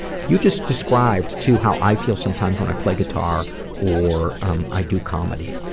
you just described too how i feel sometimes when i play guitar or um i do comedy.